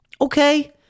okay